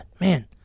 man